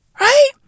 Right